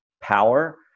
power